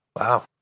wow